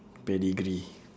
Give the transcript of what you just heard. pedigree